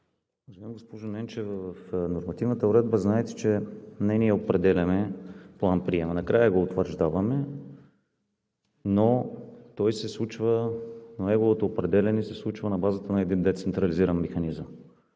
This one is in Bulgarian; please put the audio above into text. госпожо Ненчева, в нормативната уредба знаете, че не ние определяме план приема – накрая го утвърждаваме, но неговото определяне се случва на базата на един децентрализиран механизъм.